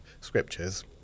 scriptures